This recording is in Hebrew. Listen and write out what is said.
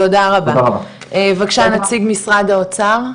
תודה רבה, בבקשה נציג משרד האוצר.